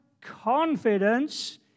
confidence